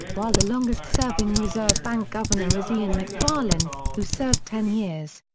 while the longest-serving reserve bank governor is ian macfarlane, who served ten years.